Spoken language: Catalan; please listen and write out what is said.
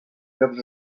llocs